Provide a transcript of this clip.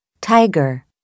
tiger